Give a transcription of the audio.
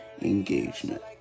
engagement